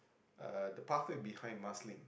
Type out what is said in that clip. uh the pathway behind Marsiling